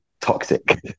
toxic